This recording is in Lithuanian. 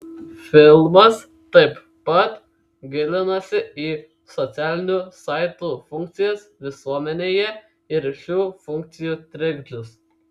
filmas taip pat gilinasi į socialinių saitų funkcijas visuomenėje ir šių funkcijų trikdžius